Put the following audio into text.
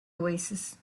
oasis